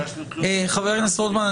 חבר הכנסת רוטמן,